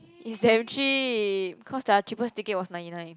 it's damn cheap cause their cheapest ticket was ninety nine